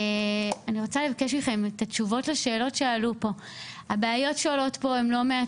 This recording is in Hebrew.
אני רוצה לחשוב יחד איתכם אפילו על פתרונות איך זה חוסר מודעות של